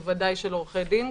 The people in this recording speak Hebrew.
בוודאי של עורכי דין.